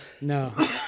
No